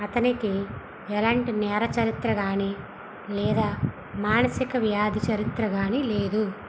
అతనికి ఎలాంటి నేర చరిత్ర కానీ లేదా మానసిక వ్యాధి చరిత్ర కానీ లేదు